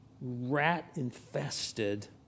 rat-infested